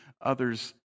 others